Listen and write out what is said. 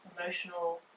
emotional